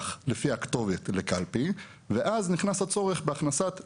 לפי הכתובת לקלפי ואז נכנס הצורך בהכנסת נ.צ.